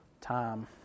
time